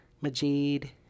Majid